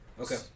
Okay